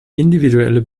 individuelle